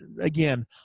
again